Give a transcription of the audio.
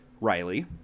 Riley